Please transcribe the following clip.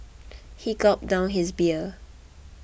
he gulped down his beer